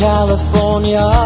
California